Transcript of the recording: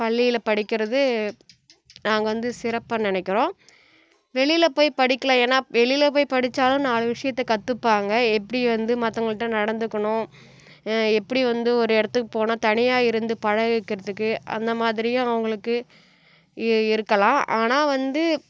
பள்ளியில் படிக்கிறது நாங்கள் வந்து சிறப்பாக நினைக்கிறோம் வெளியில் போய் படிக்கலாம் ஏனால் வெளியில் போய் படித்தாலும் நாலு விஷயத்தை கற்றுப்பாங்க எப்படி வந்து மற்றவங்கள்ட்ட நடந்துக்கணும் எப்படி வந்து ஒரு இடத்துக்கு போனால் தனியாக இருந்து பழகிக்கிறதுக்கு அந்த மாதிரியும் அவங்களுக்கு இருக்கலாம் ஆனால் வந்து